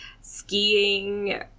skiing